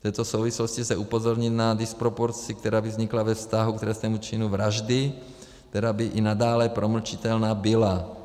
V této souvislosti lze upozornit i na disproporci, která by vznikla ve vztahu např. k trestnému činu vraždy, která by i nadále promlčitelná byla.